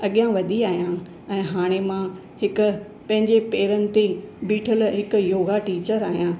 अॻियां वधी आहियां ऐं हाणे मां हिकु पंहिंजे पेरनि ते बीठलु हिकु योगा टीचर आहियां